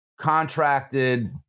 contracted